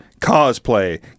cosplay